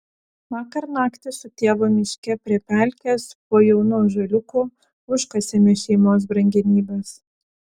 vakar naktį su tėvu miške prie pelkės po jaunu ąžuoliuku užkasėme šeimos brangenybes